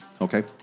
Okay